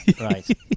Right